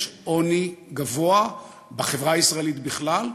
יש עוני גדול בחברה הישראלית בכלל,